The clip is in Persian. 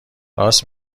راست